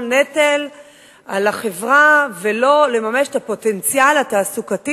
לנטל על החברה ולא לממש את הפוטנציאל התעסוקתי